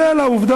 החוק.